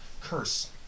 Curse